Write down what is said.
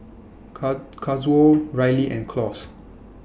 Kazuo Riley and Claus